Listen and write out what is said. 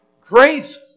grace